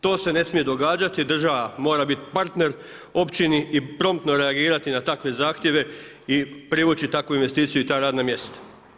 To se ne smije događati i država mora biti partner općini i promptno reagirati na takve zahtjeve i privući takvu investiciju i ta radna mjesta.